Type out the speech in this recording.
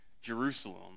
Jerusalem